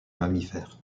mammifère